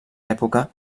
època